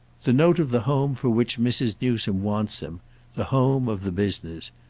the note of the home for which mrs. newsome wants him the home of the business.